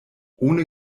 ohne